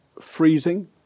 freezing